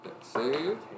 Save